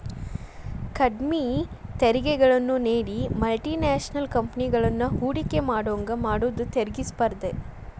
ಕಡ್ಮಿ ತೆರಿಗೆಗಳನ್ನ ನೇಡಿ ಮಲ್ಟಿ ನ್ಯಾಷನಲ್ ಕಂಪೆನಿಗಳನ್ನ ಹೂಡಕಿ ಮಾಡೋಂಗ ಮಾಡುದ ತೆರಿಗಿ ಸ್ಪರ್ಧೆ